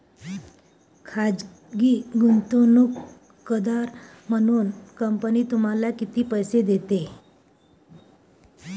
खाजगी गुंतवणूकदार म्हणून कंपनी तुम्हाला किती पैसे देते?